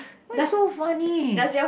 why so funny